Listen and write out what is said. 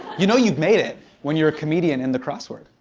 you know you've made it when you're a comedian in the crossword.